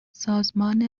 سازمان